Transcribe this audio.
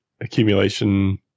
accumulation